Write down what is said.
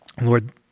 Lord